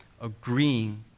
agreeing